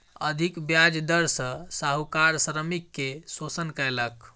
अधिक ब्याज दर सॅ साहूकार श्रमिक के शोषण कयलक